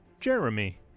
jeremy